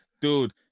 dude